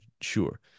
sure